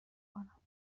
کنم